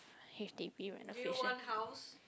h_d_b renovation